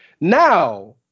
Now